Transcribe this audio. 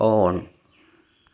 on